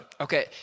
Okay